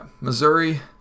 Missouri